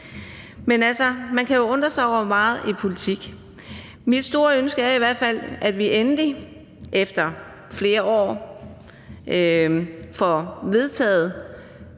Men man kan jo undre sig over meget i politik. Mit store ønske er i hvert fald, at vi endelig efter flere år får vedtaget